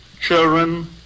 children